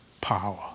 power